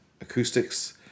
acoustics